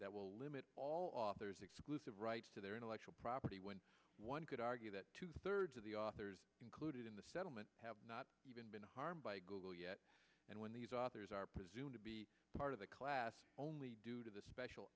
that will limit all authors exclusive rights to their intellectual property when one could argue that two thirds of the authors included in the settlement have not even been harmed by google yet and when these authors are presumed to be part of the class only due to the